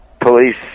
police